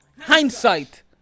hindsight